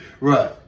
Right